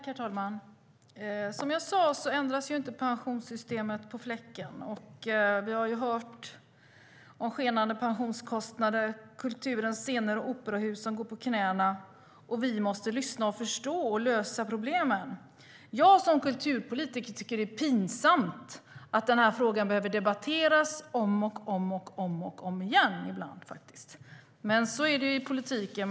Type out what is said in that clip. Herr talman! Som jag sade ändras inte pensionssystemet på fläcken. Vi har hört om skenande pensionskostnader och om kulturens scener och operahus som går på knäna. Vi måste lyssna, förstå och lösa problemen. Jag som kulturpolitiker tycker att det är pinsamt att den här frågan ibland behöver debatteras om och om igen, men så är det ju i politiken.